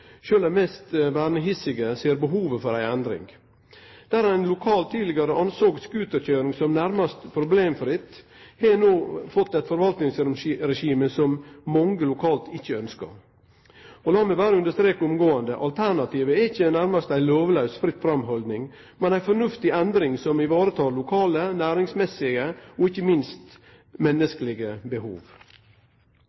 mest vernehissige ser behovet for ei endring. Der ein lokalt tidlegare såg på scooterkøyring som nærmast problemfritt, har ein no fått eit forvaltingsregime som mange lokalt ikkje ønskjer. Lat meg berre understreke omgåande: Alternativet er ikkje nærmast ei lovlaus fritt fram-haldning, men ei fornuftig endring som varetek lokale, næringsmessige og ikkje minst